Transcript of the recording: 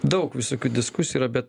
daug visokių diskusijų yra bet